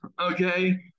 okay